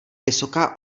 vysoká